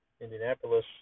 Indianapolis